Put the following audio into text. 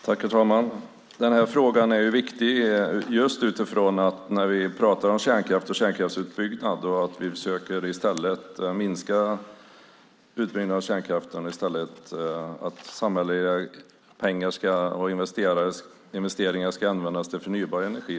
Herr talman! Den här frågan är viktig just utifrån att när vi pratar om kärnkraft och kärnkraftsutbyggnad ska vi försöka att minska utbyggnaden av kärnkraften och i stället använda samhälleliga pengar och investeringar till förnybar energi.